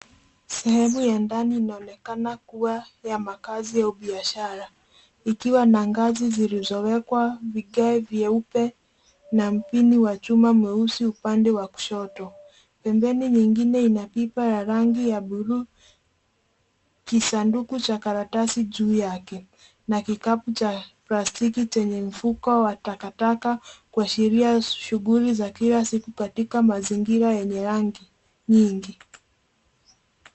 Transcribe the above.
Sehemu ya ndani inaonekana kuwa ya makazi au biashara ikiwa na ngazi zilizowekwa vigae vyeupe na mpini wa chuma mweusi upande wa kushoto. Pembeni nyingine ina pipa ya rangi ya bluu kisanduku cha karatasi juu yake na kikapu cha plastiki chenye mfuko wa takataka kuashiria shughuli za kila siku katika mazingira yenye rangi nyingi.